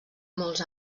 molts